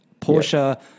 Porsche